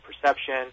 perception